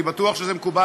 אני בטוח שזה מקובל,